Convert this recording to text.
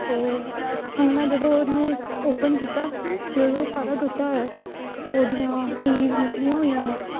ਅਤੇ ਹੁਣ ਮੈਂ ਜਦੋਂ ਇਹਨੂੰ ਓਪਨ ਕੀਤਾ ਤਾਂ ਉਹ ਸਾਰਾ ਟੁੱਟਿਆ ਹੋਇਆ ਸੀ ਉਹਦੀਆਂ ਕੀਜ਼ ਨਿਕਲੀਆਂ ਹੋਈਆਂ ਵਾ